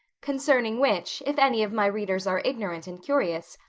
concerning which, if any of my readers are ignorant and curious,